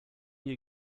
you